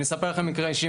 אני אספר לכם מקרה אישי,